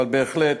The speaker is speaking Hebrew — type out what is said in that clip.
בהחלט,